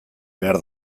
behar